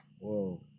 Whoa